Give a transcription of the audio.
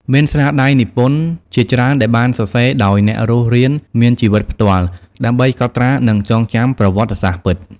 មានស្នាដៃនិពន្ធជាច្រើនដែលបានសរសេរដោយអ្នករស់រានមានជីវិតផ្ទាល់ ដើម្បីកត់ត្រានិងចងចាំប្រវត្តិសាស្ត្រពិត។